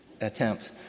attempts